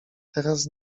teraz